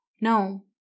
No